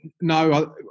No